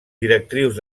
directrius